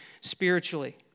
spiritually